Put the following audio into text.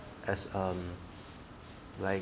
as um like